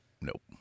Nope